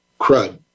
crud